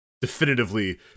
definitively